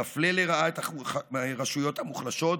יפלה לרעה את הרשויות המוחלשות,